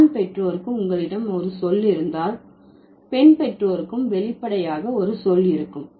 ஆண் பெற்றோருக்கு உங்களிடம் ஒரு சொல் இருந்தால் பெண் பெற்றோருக்கும் வெளிப்படையாக ஒரு சொல் இருக்கும்